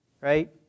Right